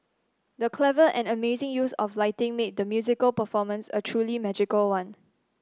the clever and amazing use of lighting made the musical performance a truly magical one